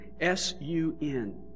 S-U-N